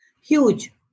Huge